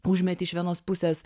užmeti iš vienos pusės